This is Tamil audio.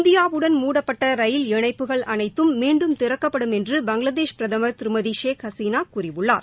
இந்தியாவுடன் மூடப்பட்ட ரயில் இணைப்புகள் அனைத்தும் மீன்டும் திறக்கப்படும் என்று பங்களாதேஷ் பிரதமர் திருமதி ஷேக் ஹசினா கூறியுள்ளார்